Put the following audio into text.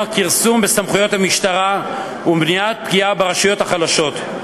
כרסום בסמכויות המשטרה ומניעת פגיעה ברשויות החלשות.